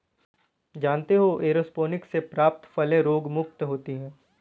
जानते हो एयरोपोनिक्स से प्राप्त फलें रोगमुक्त होती हैं